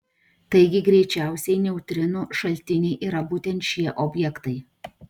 taigi greičiausiai neutrinų šaltiniai yra būtent šie objektai